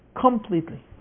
completely